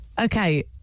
Okay